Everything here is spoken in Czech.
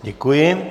Děkuji.